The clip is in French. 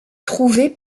trouver